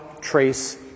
trace